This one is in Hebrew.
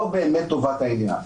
לא באמת טובת העניין.